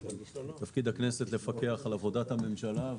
תפקיד הכנסת לפקח על עבודת הממשלה.